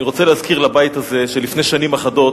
אני רוצה להזכיר לבית הזה שלפני שנים אחדות